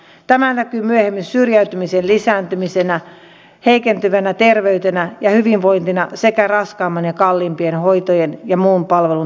tämä näkyy myöhemmin syrjäytymisen lisääntymisenä heikentyvänä terveytenä ja hyvinvointina sekä raskaampien ja kalliimpien hoitojen ja muun palvelun tarpeena